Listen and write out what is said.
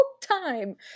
time